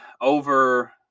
over